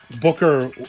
Booker